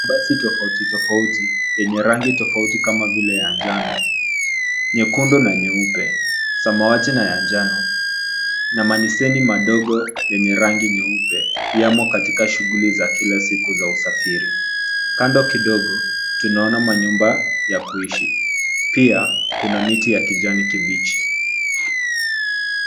Basi tofauti tofauti yenye rangi tofauti kama vile ya njano, nyekundu na nyeupe, samawati na ya njano na maniseni madogo yenye rangi nyeupe yamo katika shughuli za kila siku za usafiri. Kando kidogo tunaona manyumba ya kuishi. Pia kuna miti ya kijani kibichi.